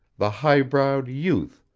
the high-browed youth,